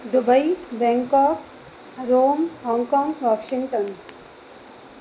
Dubai Bangkok Rome Hong Kong Washington